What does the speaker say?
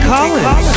Collins